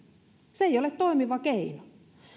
se ei ole toimiva keino